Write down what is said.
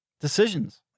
decisions